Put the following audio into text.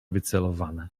wycelowane